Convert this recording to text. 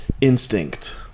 instinct